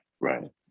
right